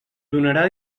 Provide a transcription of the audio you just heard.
donarà